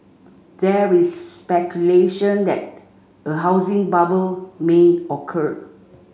there is speculation that a housing bubble may occur